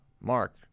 Mark